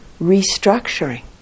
restructuring